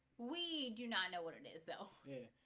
we do not know what it is though. yeah.